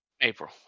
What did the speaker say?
April